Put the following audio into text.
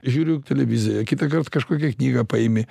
žiūriu televiziją kitą kart kokią knygą paimi